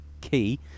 key